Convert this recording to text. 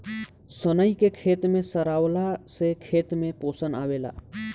सनई के खेते में सरावला से खेत में पोषण आवेला